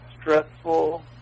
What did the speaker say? stressful